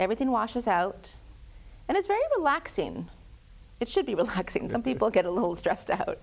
everything washes out and it's very relaxing it should be relaxing and some people get a little stressed out